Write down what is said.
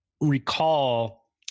recall